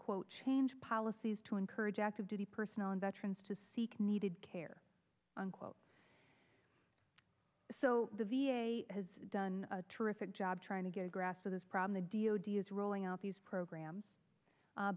quote change policies to encourage active duty personnel and veterans to seek needed care unquote so the v a has done a terrific job trying to get a grasp of this problem the d o d s rolling out these programs